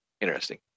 interesting